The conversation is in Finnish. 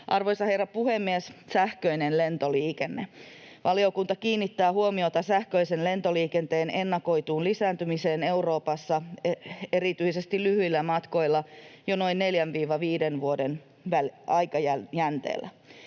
Arvoisa herra puhemies! Sähköinen lentoliikenne: Valiokunta kiinnittää huomiota sähköisen lentoliikenteen ennakoituun lisääntymiseen Euroopassa erityisesti lyhyillä matkoilla jo noin 4—5 vuoden aikajänteellä.